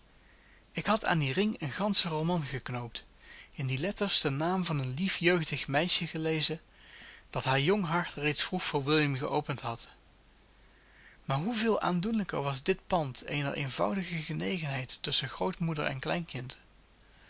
ik had aan dien ring een ganschen roman geknoopt in die letters den naam van een lief jeugdig meisje gelezen dat haar jong hart reeds vroeg voor william geopend had maar hoeveel aandoenlijker was dit pand eener eenvoudige genegenheid tusschen grootmoeder en kleinkind